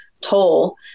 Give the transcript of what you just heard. toll